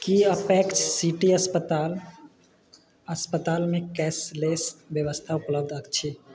की Apex City अस्पताल अस्पतालमे cashless व्यवस्था उपलब्ध अछि